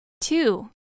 Two